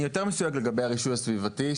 אני יותר מסויג לגבי הרישוי הסביבתי,